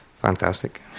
Fantastic